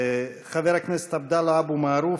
חבר הכנסת עבדאללה אבו מערוף,